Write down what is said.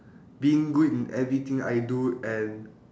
being good in everything I do and